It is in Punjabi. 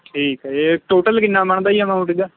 ਠੀਕ ਹੈ ਇਹ ਟੋਟਲ ਕਿੰਨਾ ਬਣਦਾ ਜੀ ਅਮਾਊਂਟ ਇਹਦਾ